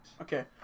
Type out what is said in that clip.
Okay